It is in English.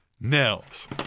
Nels